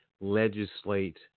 legislate